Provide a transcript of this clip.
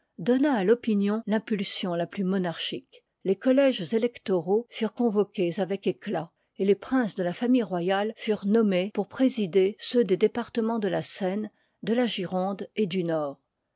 donna à topinion fimpuliiv i sion la plus monarchique les collèges électoraux furent convoqués avec éclat et les princes de la famille royale furent nommés pour présider ceux des départemens de la seine de la gironde et du nord